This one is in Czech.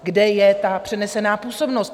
Kde je přenesená působnost?